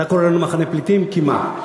אתה קורא לנו "מחנה פליטים" כי מה?